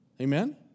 Amen